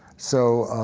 so,